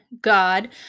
God